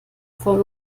von